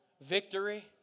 Victory